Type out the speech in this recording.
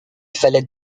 fallait